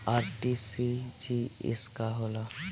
RTGS का होला?